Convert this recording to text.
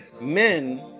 men